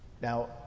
Now